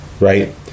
right